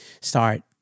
start